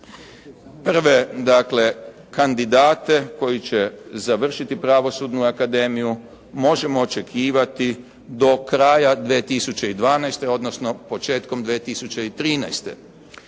Prve dakle kandidate koji će završiti Pravosudnu akademiju možemo očekivati do kraja 2012., odnosno početkom 2013.